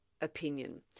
opinion